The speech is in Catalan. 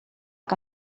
que